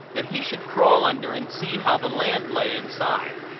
that he should crawl under and see how the land lay inside.